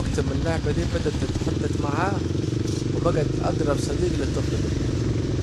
من وقت ما اللعبة دي بدت تتحدد معاه، وبجت أجرب صديج للطفل دي